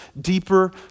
deeper